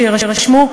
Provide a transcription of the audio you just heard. שיירשמו,